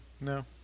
no